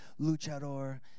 luchador